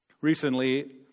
Recently